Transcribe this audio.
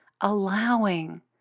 allowing